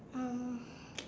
um